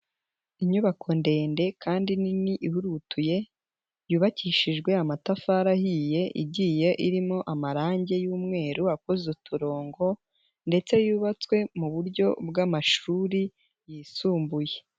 Inyubako ndende kandi nini ihurutuye, yubakishijwe amatafari ahiye igiye irimo amarange y'umweru akoze uturongo ndetse yubatswe mu buryo bw'amashuri yisumbuye.